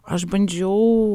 aš bandžiau